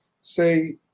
say